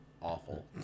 awful